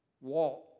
walk